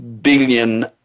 billion